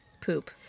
poop